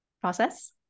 process